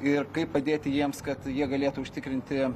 ir kaip padėti jiems kad jie galėtų užtikrinti